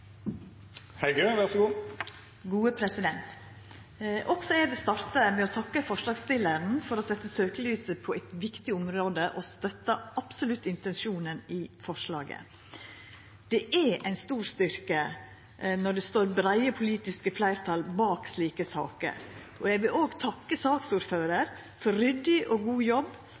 Også eg vil starta med å takka forslagsstillaren for å setja søkjelyset på eit viktig område, og eg støttar absolutt intensjonen i forslaget. Det er ein stor styrke at det står breie politiske fleirtal bak slike saker. Eg vil òg takka saksordføraren for ein ryddig og god jobb